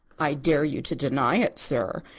i dare you to deny it, sir.